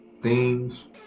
themes